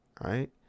right